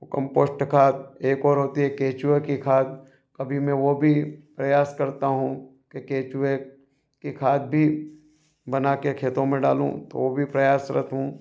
वह कंपोश्ट खाद एक और होती है केचुए की खाद कभी मैं वह भी प्रयास करता हूँ कि केचुए की खाद भी बनाकर खेतों में डालूँ तो वह भी प्रयासरत हूँ